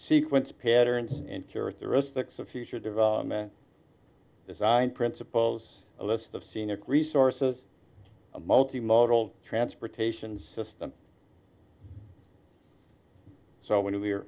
sequence patterns and characteristics of future development design principles a list of scenic resources a multi modal transportation system so when we